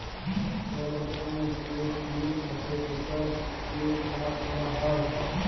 ইক রকমের যে কুমির থাক্যে সেটার যে চাষ ক্যরা হ্যয়